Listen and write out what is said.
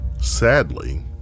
Sadly